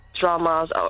dramas